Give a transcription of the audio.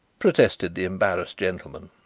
protested the embarrassed gentleman.